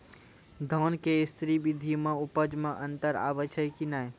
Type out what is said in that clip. धान के स्री विधि मे उपज मे अन्तर आबै छै कि नैय?